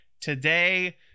Today